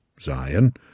Zion